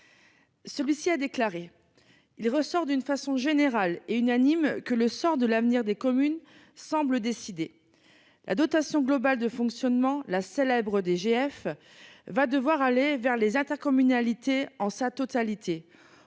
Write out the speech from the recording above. Moscovici, a déclaré :« Il ressort d'une façon générale et unanime que le sort de l'avenir des communes semble décidé. La dotation globale de fonctionnement, la célèbre DGF, va devoir aller vers les intercommunalités en sa totalité.